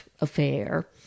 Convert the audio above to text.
affair